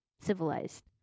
civilized